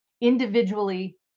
individually